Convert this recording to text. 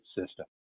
system